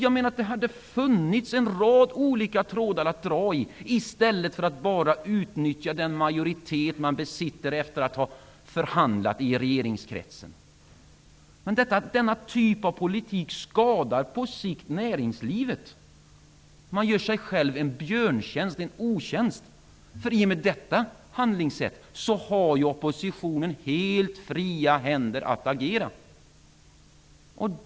Man hade alltså kunnat dra i en rad olika trådar i stället för att bara utnyttja den majoritet man besitter efter att ha förhandlat i regeringskretsen. Denna typ av politik skadar på sikt näringslivet. Man gör sig själv en björntjänst, ja, en otjänst, för i och med detta handlingssätt har oppositionen helt fria händer att agera.